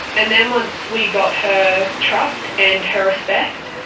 and then once we got her trust and her respect,